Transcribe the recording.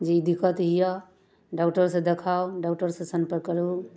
जे ई दिक्कत यए डॉक्टरसँ देखाउ डॉक्टरसँ सम्पर्क करू